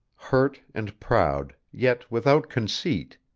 hurt and proud, yet without conceit,